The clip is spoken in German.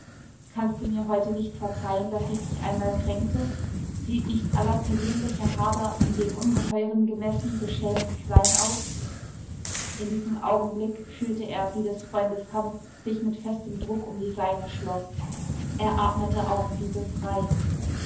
kannst du mir heute nicht verzeihen daß ich dich einmal kränkte sieht nicht aller persönlicher hader an dem ungeheuren gemessen beschämend klein aus in diesem augenblick fühlte er wie des freundes hand sich mit festem druck um die seine schloß er atmete auf wie befreit